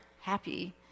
happy